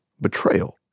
betrayal